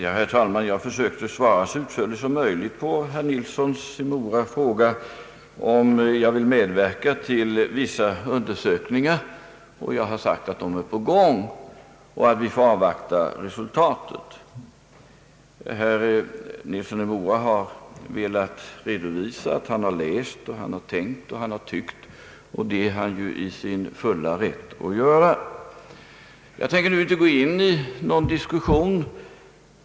Herr talman! Jag försökte svara så utförligt som möjligt på herr Nilssons i Mora fråga om jag ville medverka till vissa undersökningar. Jag har sagt att de är på gång och att vi får avvakta resultatet. Herr Nilsson i Mora har velat redovisa att han har läst, tänkt och tyckt, och det är han i sin fulla rätt att göra. Jag tänker nu inte gå in i någon diskussion.